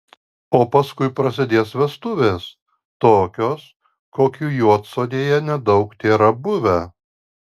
o paskui prasidės vestuvės tokios kokių juodsodėje nedaug tėra buvę